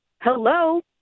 Hello